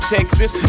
Texas